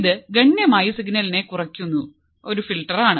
ഇത് ഗണ്യമായി സിഗ്നലിനെ കുറക്കുന്ന ഒരു ഫിൽട്ടറാണ്